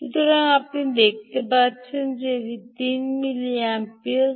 সুতরাং আপনি দেখতে পেয়েছেন যে এটি 3 মিলিঅ্যাম্পিয়ারস